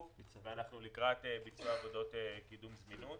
ואנחנו לקראת ביצוע עבודות קידום זמינות.